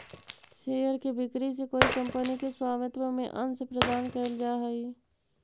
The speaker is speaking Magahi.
शेयर के बिक्री से कोई कंपनी के स्वामित्व में अंश प्रदान कैल जा हइ